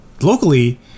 locally